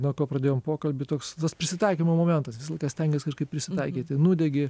nuo ko pradėjom pokalbį toks tas prisitaikymo momentas visą laiką stengies kažkaip prisitaikyti nudegi